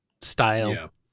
style